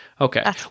okay